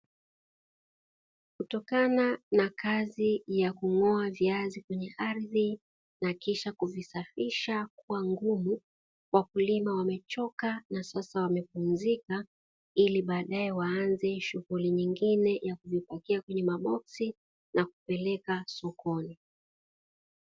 Kutokana na kazi ya kung'oa viazi kwenye ardhi na kisha kuvisafisha kwa nguvu, wakulima wamechoka na sasa wamepumzika ili baadaye waanze shughuli nyingine ya kupakia kwenye maboksi na kupeleka sokoni.